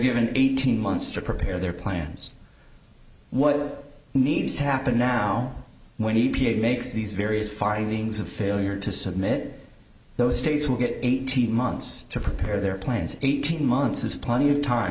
given eighteen months to prepare their plans what needs to happen now when e p a makes these various findings of failure to submit those states will get eighteen months to prepare their plans eighteen months is plenty of time